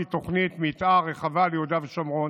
תוכנית מתאר רחבה ליהודה ושומרון,